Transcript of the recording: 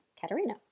Katerina